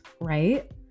right